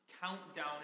countdown